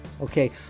Okay